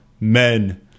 men